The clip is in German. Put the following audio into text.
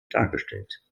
dargestellt